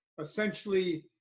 Essentially